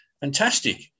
Fantastic